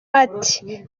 ati